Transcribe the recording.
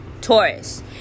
Taurus